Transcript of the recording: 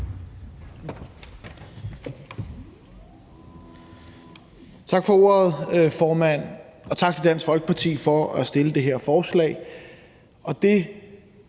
Tak for ordet, formand. Og tak til Dansk Folkeparti for at fremsætte det her forslag.